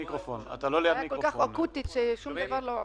הבעיה כל כך אקוטית ששום דבר לא עבר.